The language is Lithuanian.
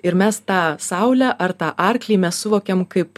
ir mes tą saulę ar tą arklį mes suvokiam kaip